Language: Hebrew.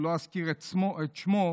שלא אזכיר את שמו,